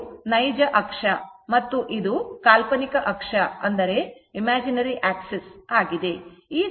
ಇದು ನೈಜ ಅಕ್ಷ ಮತ್ತು ಇದು ಕಾಲ್ಪನಿಕ ಅಕ್ಷ ಆಗಿದೆ